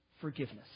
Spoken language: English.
forgiveness